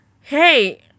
hey